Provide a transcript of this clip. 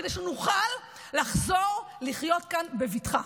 כדי שנוכל לחזור לחיות כאן בבטחה.